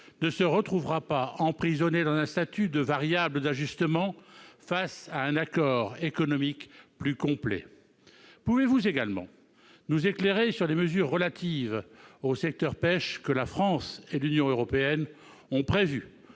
ne se retrouvera pas emprisonnée dans un statut de variable d'ajustement face à un accord économique plus complet ? Pouvez-vous également nous éclairer sur les mesures relatives au secteur de la pêche que la France et l'Union européenne ont prévues